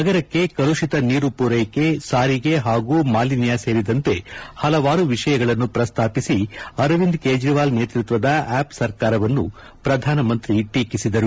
ನಗರಕ್ಕೆ ಕಲುಶಿತ ನೀರು ಪೂರೈಕೆ ಸಾರಿಗೆ ಹಾಗೂ ಮಾಲಿನ್ಯ ಸೇರಿದಂತೆ ಹಲವಾರು ವಿಷಯಗಳನ್ನು ಪ್ರಸ್ತಾಪಿಸಿ ಅರವಿಂದ್ ಕೇಜ್ರವಾಲ್ ನೇತೃತ್ವದ ಆಪ್ ಸರ್ಕಾರವನ್ನು ಪ್ರಧಾನಮಂತ್ರಿ ಟೀಕಿಸಿದರು